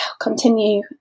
continue